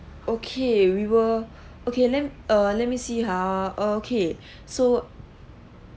okay we were okay let me err let me see ha okay so